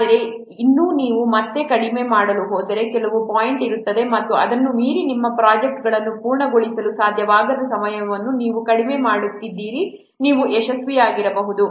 ಆದರೆ ಇನ್ನೂ ನೀವು ಮತ್ತೆ ಕಡಿಮೆ ಮಾಡಲು ಹೋದರೆ ಕೆಲವು ಪಾಯಿಂಟ್ ಇರುತ್ತದೆ ಮತ್ತು ಅದನ್ನು ಮೀರಿ ನಿಮ್ಮ ಪ್ರೊಜೆಕ್ಟ್ ಅನ್ನು ಪೂರ್ಣಗೊಳಿಸಲು ಸಾಧ್ಯವಾಗದ ಸಮಯವನ್ನು ನೀವು ಕಡಿಮೆ ಮಾಡುತ್ತಿದ್ದೀರಿ ನೀವು ಯಶಸ್ವಿಯಾಗದಿರಬಹುದು